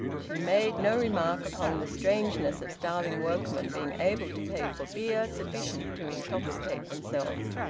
she made no remark upon the strangeness of starving workmen being able to pay for beer sufficient to intoxicate themselves.